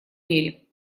мире